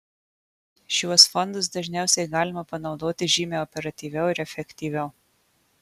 šiuos fondus dažniausiai galima panaudoti žymiai operatyviau ir efektyviau